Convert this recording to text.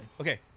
Okay